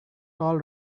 tall